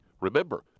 remember